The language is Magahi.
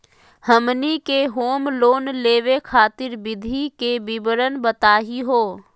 हमनी के होम लोन लेवे खातीर विधि के विवरण बताही हो?